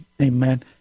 Amen